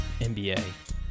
NBA